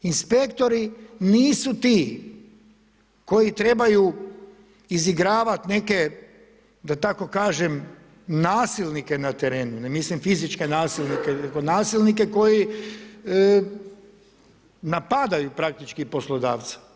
Inspektori nisu ti koji trebaju izigravati neke da tako kažem nasilnike na terenu, ne mislim fizičke nasilnike, nego nasilnike koji napadaju praktički poslodavca.